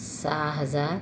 सहा हजार